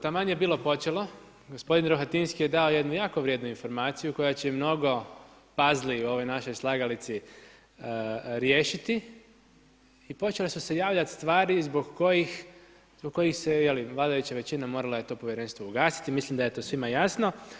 Taman je bilo počelo, gospodin Rohatinski je dao jednu jako vrijednu informaciju koja će mnogo puzzli u ovoj našoj slagalici riješiti i počele su se javljati stvari zbog kojih se vladajuća većina morala je to povjerenstvo ugasiti, mislim da je to svima jasno.